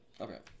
Okay